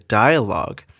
dialogue